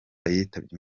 yitabye